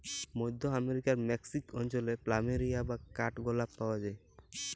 মধ্য আমরিকার মেক্সিক অঞ্চলে প্ল্যামেরিয়া বা কাঠগলাপ পাওয়া যায়